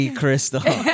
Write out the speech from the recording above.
crystal